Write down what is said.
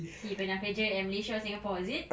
he pernah kerja at malaysia or singapore is it